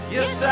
Yes